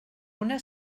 una